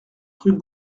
rue